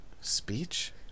Speech